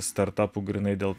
startapų grynai dėl